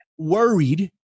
Worried